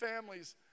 families